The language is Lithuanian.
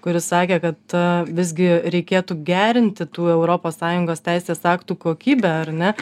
kuris sakė kad visgi reikėtų gerinti tų europos sąjungos teisės aktų kokybę ar ne